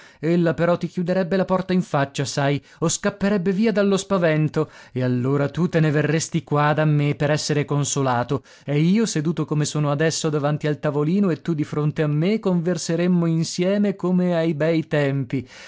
ella però ti chiuderebbe la porta in faccia sai o scapperebbe via dallo spavento e allora tu te ne verresti qua da me per essere consolato e io seduto come sono adesso davanti al tavolino e tu di fronte a me converseremmo insieme come ai bei tempi